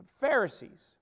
Pharisees